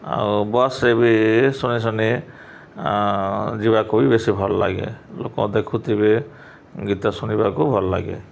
ଆଉ ବସ୍ରେ ବି ଶୁଣି ଶୁନି ଯିବାକୁ ବି ବେଶୀ ଭଲ ଲାଗେ ଲୋକ ଦେଖୁଥିବେ ଗୀତ ଶୁଣିବାକୁ ଭଲ ଲାଗେ